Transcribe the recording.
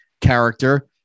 character